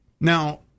Now